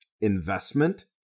investment